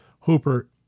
Hooper